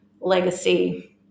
legacy